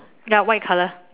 ya white color